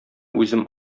үзем